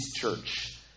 church